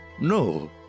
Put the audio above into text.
no